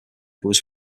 was